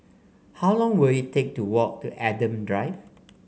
how long will it take to walk to Adam Drive